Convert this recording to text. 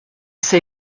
sei